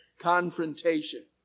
confrontation